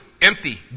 empty